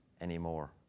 anymore